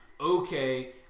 okay